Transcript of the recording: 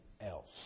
else